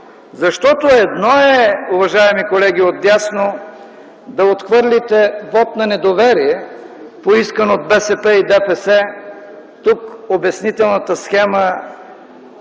защото едно е, уважаеми колеги отдясно, да отхвърлите вот на недоверие, поискано от БСП и ДПС (тук обяснителната схема ще